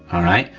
all right?